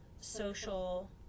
social